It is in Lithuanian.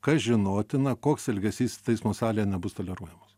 kas žinotina koks elgesys teismo salėje nebus toleruojamas